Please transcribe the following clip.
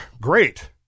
great